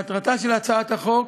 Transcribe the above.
מטרתה של הצעת החוק,